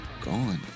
gone